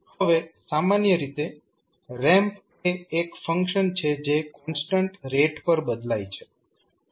હવે સામાન્ય રીતે રેમ્પ એ એક ફંક્શન છે જે કોન્સ્ટન્ટ રેટ પર બદલાય છે